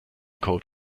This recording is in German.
code